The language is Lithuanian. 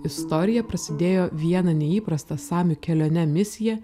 istorija prasidėjo viena neįprasta samių kelione misija